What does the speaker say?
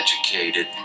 educated